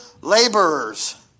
laborers